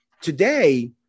today